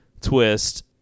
twist